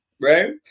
right